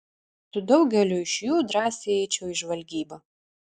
su daugeliu iš jų drąsiai eičiau į žvalgybą